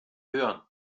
hören